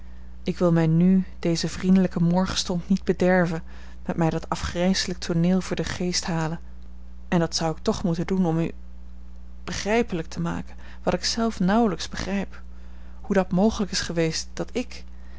ik wil mij nu dezen vriendelijken morgenstond niet bederven met mij dat afgrijselijk tooneel voor den geest te halen en dat zou ik toch moeten doen om u begrijpelijk te maken wat ik zelf nauwelijks begrijp hoe dat mogelijk is geweest dat ik